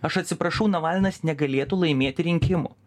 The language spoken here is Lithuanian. aš atsiprašau navalnas negalėtų laimėti rinkimų